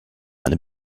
eine